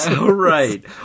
Right